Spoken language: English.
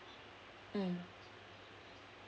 mm